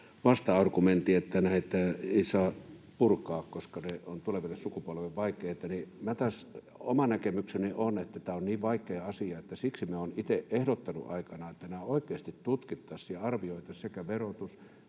vasta-argumentin, että näitä ei saa purkaa, koska ne ovat tuleville sukupolville vaikeita. Oma näkemykseni on, että tämä on niin vaikea asia, että siksi minä olen itse ehdottanut aikanaan, että nämä oikeasti tutkittaisiin ja arvioitaisiin, sekä verotus,